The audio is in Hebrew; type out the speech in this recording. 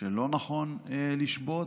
שלא נכון לשבות,